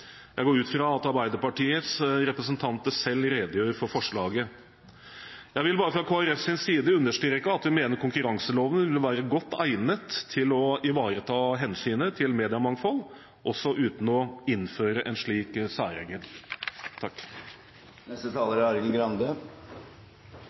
Jeg går ut fra at Arbeiderpartiets representanter selv redegjør for forslaget. Jeg vil bare fra Kristelig Folkepartis side understreke at vi mener konkurranseloven vil være godt egnet til å ivareta hensynet til mediemangfold også uten å innføre en slik